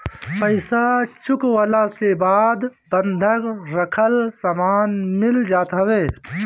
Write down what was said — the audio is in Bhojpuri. पईसा चुकवला के बाद बंधक रखल सामान मिल जात हवे